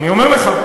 אני אומר לך: